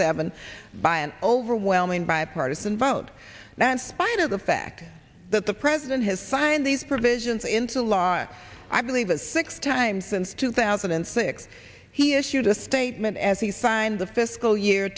seven by an overwhelming bipartisan vote that spite of the fact that the president has signed these provisions into law i believe is six times since two thousand and six he issued a statement as he signed the fiscal year